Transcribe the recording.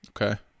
Okay